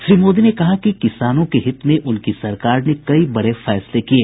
श्री मोदी ने कहा कि किसानों के हित में उनकी सरकार ने कई बड़े फैसले लिये